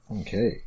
Okay